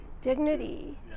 Dignity